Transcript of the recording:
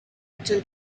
return